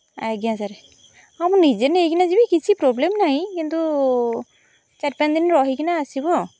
ଆଜ୍ଞା ସାର୍ ହଁ ମୁଁ ନିଜେ ନେଇକିନା ଯିବି କିଛି ପ୍ରୋବ୍ଲେମ୍ ନାହିଁ କିନ୍ତୁ ଚାରି ପାଞ୍ଚ ଦିନ ରହିକିନା ଆସିବୁ ଆଉ